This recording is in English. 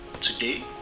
Today